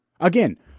Again